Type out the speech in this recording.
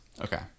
Okay